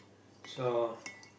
so